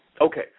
okay